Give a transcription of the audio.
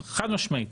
חד משמעית.